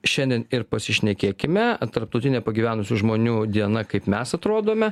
šiandien ir pasišnekėkime tarptautinė pagyvenusių žmonių diena kaip mes atrodome